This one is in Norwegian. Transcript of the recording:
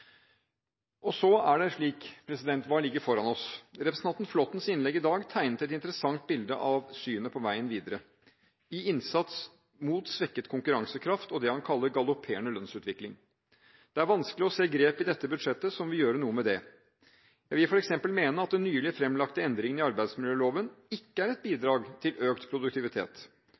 Hva ligger foran oss? Representanten Flåttens innlegg i dag tegnet et interessant bilde av synet på veien videre i innsats mot svekket konkurransekraft og det han kaller galopperende lønnsutvikling. Det er vanskelig å se grep i dette budsjettet som vil gjøre noe med det. Jeg vil f.eks. mene at den nylig fremlagte endringen i arbeidsmiljøloven ikke er et bidrag til økt produktivitet.